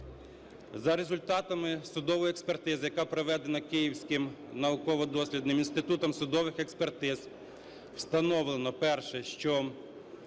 За результатами судової експертизи, яка проведена Київським науково-дослідним інститутом судових експертиз, встановлено: перше - що